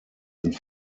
sind